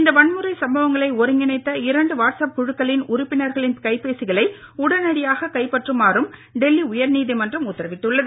இந்த வன்முறை சம்பவங்களை ஒருங்கிணைத்த இரண்டு வாட்ஸ்அப் குழுக்களின் உறுப்பினர்களின் கைபேசிகளை உடனடியாக கைப்பற்றுமாறும் டெல்லி உயர்நீதிமன்றம் உத்தரவிட்டுள்ளது